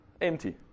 empty